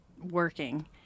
working